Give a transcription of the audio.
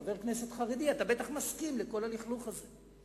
חבר כנסת חרדי, אתה בטח מסכים לכל הלכלוך הזה.